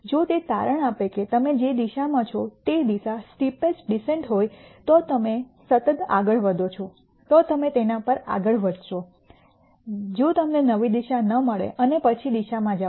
જો તે તારણ આપે કે તમે જે દિશામાં છો તે દિશા સ્ટીપેસ્ટ ડિસેન્ટ હોય તો તમે તમે સતત આગળ વધો છો તો તમે તેના પર આગળ વધશો દિશા જો તમને નવી દિશા ન મળે અને પછી દિશામાં જાઓ